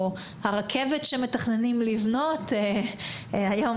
או הרכבת שמתכננים לבנות היום,